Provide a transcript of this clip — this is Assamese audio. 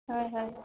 হয় হয়